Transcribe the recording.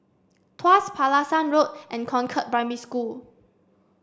Tuas Pulasan Road and Concord Primary School